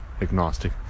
agnostic